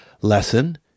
lesson